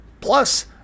Plus